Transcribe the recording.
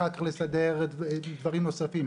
אחר כך לסדר דברים נוספים.